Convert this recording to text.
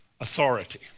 authority